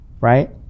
right